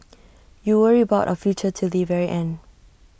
you worry about our future till the very end